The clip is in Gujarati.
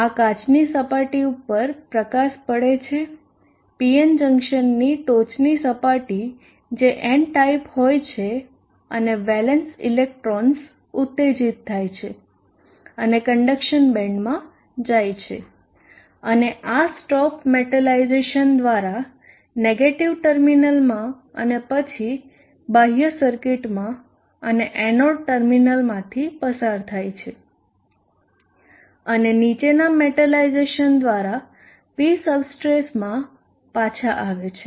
આ કાચની સપાટી ઉપર પ્રકાશ પડે છે PN જંકશનની ટોચની સપાટી જે N ટાઈપ હોય છે અને વેલેન્સ ઇલેક્ટ્રોન્સ ઉત્તેજિત થાય છે અને કંડકશન બેન્ડમાં જાય છે અને આ સ્ટોપ મેટલાઇઝેશન દ્વારા નેગેટીવ ટર્મિનલમાં અને પછી બાહ્ય સર્કિટમાં અને એનોડ ટર્મિનલમાંથી પસાર થાય છે અને નીચેના મેટલાઇઝેશન દ્વારા P સબસ્ટ્રેટમાં પાછા આવે છે